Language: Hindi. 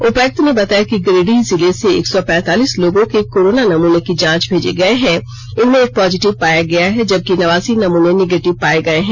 उपायक्त ने बताया कि गिरिडीह जिले से एक सौ पैंतालीस लोगों के कोरोना नमूने की जाँच भेजे गये हैं इनमें एक पॉजिटिव पाया गया है जबकि नवासी नमूने निगेटिव पाये गये हैं